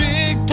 Big